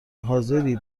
حاضری